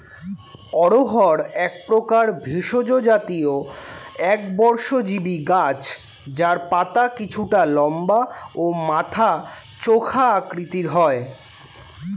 অড়হর একপ্রকার ভেষজ জাতীয় একবর্ষজীবি গাছ যার পাতা কিছুটা লম্বা ও মাথা চোখা আকৃতির হয়